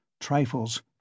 Trifles